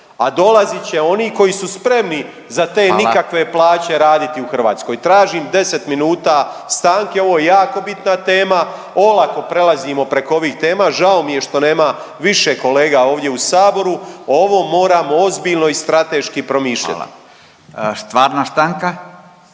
a dolazit će oni koji su spremni za te nikakve … .../Upadica: Hvala./... plaće raditi u Hrvatskoj. Tražim 10 minuta stanke, ovo je jako bitna tema, olako prelazimo preko ovih tema, žao mi je što nema više kolega ovdje u Saboru, ovo moramo ozbiljno i strateški promišljati. **Radin,